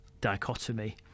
dichotomy